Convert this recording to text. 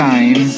Time